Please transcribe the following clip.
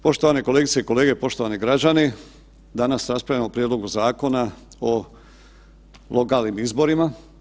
Poštovane kolegice i kolege, poštovani građani danas raspravljamo o Prijedlogu Zakona o lokalnim izborima.